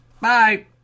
Bye